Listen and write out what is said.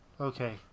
okay